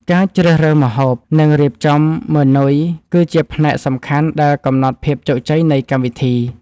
ការជ្រើសរើសម្ហូប និងរៀបចំម៉ឺនុយគឺជាផ្នែកសំខាន់ដែលកំណត់ភាពជោគជ័យនៃកម្មវិធី។